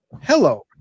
hello